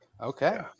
Okay